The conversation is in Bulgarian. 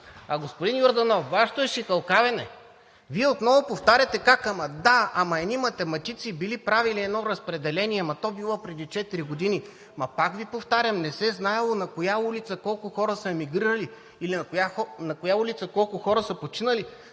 Господин Йорданов, Вашето е шикалкавене. Вие отново повтаряте как ама да, ама едни математици били правили едно разпределение, ама то било преди четири години, ма пак Ви повтарям, не се знаело на коя улица колко хора са емигрирали и на коя улица колко хора са починали.